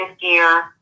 gear